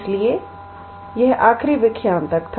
इसलिए यह आखिरी व्याख्यान तक था